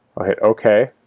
i'll hit ok